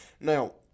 Now